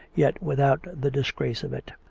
yet without the disgrace of it.